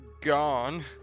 gone